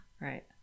Right